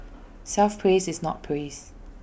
self praise is not praise